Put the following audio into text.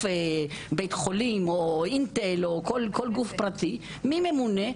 כמו בית חולים או אינטל, כל גוף פרטי מי ממונה?